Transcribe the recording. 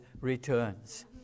returns